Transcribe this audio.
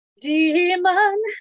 demon